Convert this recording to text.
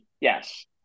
Yes